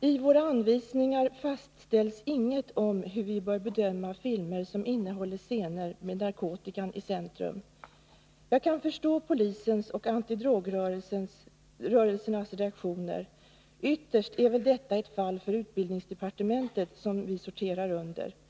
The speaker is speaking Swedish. ”I våra anvisningar fastställs inget om hur vi bör bedöma filmer som innehåller scener med narkotikan i centrum. Jag kan förstå polisens och anti-drog-rörelsernas reaktioner. Ytterst är väl detta ett fall för utbildningsdepartementet, som vi sorterar under.